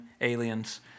Aliens